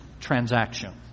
transaction